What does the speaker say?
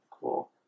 Cool